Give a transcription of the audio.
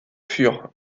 furent